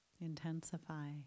Intensify